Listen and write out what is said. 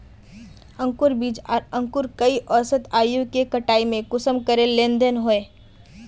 अंकूर बीज आर अंकूर कई औसत आयु के कटाई में कुंसम करे लेन देन होए?